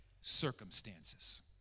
circumstances